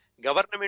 Government